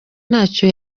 ntacyo